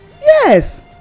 yes